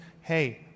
hey